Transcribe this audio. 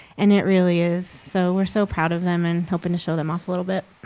and it really is. so we're so proud of them and hoping to show them off a little bit.